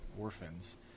orphans